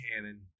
cannon